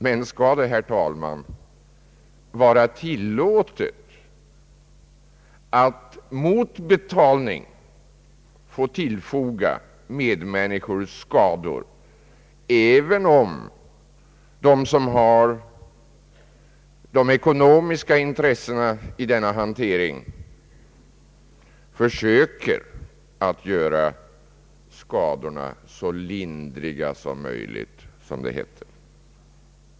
Men skall det, herr talman, vara tillåtet att mot betalning tillfoga medmänniskor skador, även om de som har ekonomiska intressen i denna hantering försöker att göra skadorna så lindriga som möjligt, som det heter?